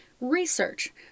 research